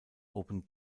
open